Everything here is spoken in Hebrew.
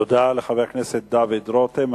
תודה לחבר הכנסת דוד רותם.